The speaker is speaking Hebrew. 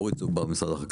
אורי צוק-בר ממשרד החקלאות.